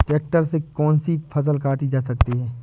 Tractor से कौन सी फसल काटी जा सकती हैं?